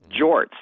jorts